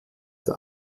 der